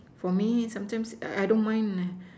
for me sometimes I don't mind